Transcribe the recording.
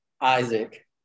Isaac